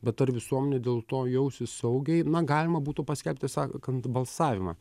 bet ar visuomenė dėl to jausis saugiai na galima būtų paskelbti sakant balsavimą